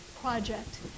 project